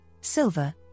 silver